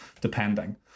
depending